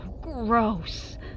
gross